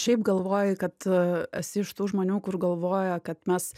šiaip galvoji kad esi iš tų žmonių kur galvoja kad mes